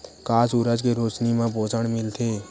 का सूरज के रोशनी म पोषण मिलथे?